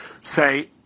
say